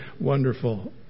wonderful